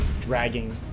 dragging